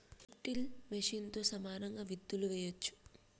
strip till మెషిన్తో సమానంగా విత్తులు వేయొచ్చు